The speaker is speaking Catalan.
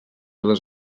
les